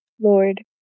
Lord